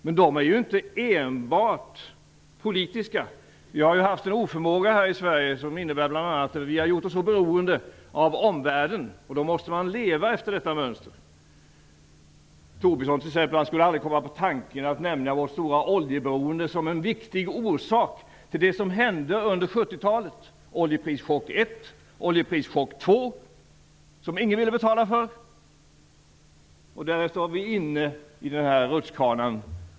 Dessa är inte enbart politiska. Vi har haft en oförmåga här i Sverige som bl.a. inneburit att vi gjort oss beroende av omvärlden, och då måste man leva efter detta mönster. Tobisson skulle väl aldrig komma på tanken att nämna vårt stora oljeberoende som en viktig orsak till det som hände under 1970-talet - oljeprischock 1 och oljeprischock 2 som ingen ville betala för. Därmed var vi inne i rutschkanan.